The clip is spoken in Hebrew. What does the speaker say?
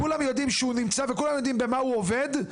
כולם יודעים שהוא נמצא ובמה הוא עובד.